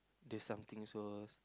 do something so